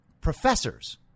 professors